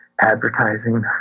advertising